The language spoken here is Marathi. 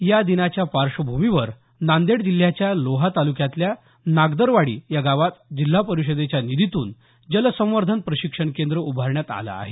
या दिनाच्या पार्श्वभूमीवर नांदेड जिल्ह्याच्या लोहा तालुक्यातल्या नागदरवाडी या गावात जिल्हा परिषदेच्या निधीतून जलसंवर्धन प्रशिक्षण केंद्र उभारण्यात आलं आहे